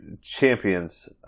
champions